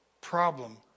problem